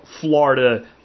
Florida